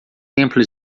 templo